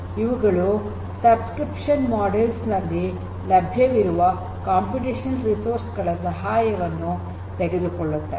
ಇವುಗಳು subscription models ನಲ್ಲಿ ಲಭ್ಯವಿರುವ ಕಂಪ್ಯೂಟೇಷನಲ್ ರಿಸೋರ್ಸ್ ಗಳ ಸಹಾಯವನ್ನು ತೆಗೆದುಕೊಳ್ಳುತ್ತವೆ